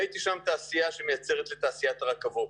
ראיתי שם תעשייה שמייצרת לתעשיית הרכבות,